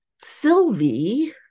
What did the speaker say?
Sylvie